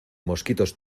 mosquitos